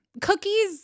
Cookies